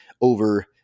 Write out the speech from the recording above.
over